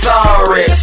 Sorry